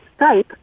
Skype